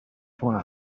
four